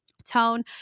Tone